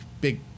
big